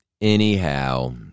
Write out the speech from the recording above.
anyhow